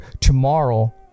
tomorrow